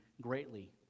greatly